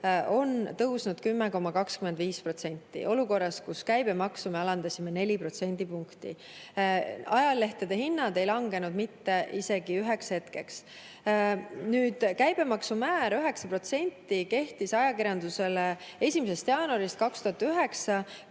on tõusnud 10,25% olukorras, kus me alandasime käibemaksu 4 protsendipunkti. Ajalehtede hinnad ei langenud mitte isegi üheks hetkeks. Käibemaksumäär 9% kehtis ajakirjandusele 1. jaanuarist 2009